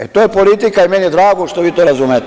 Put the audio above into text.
E, to je politika i meni je drago što vi to razumete.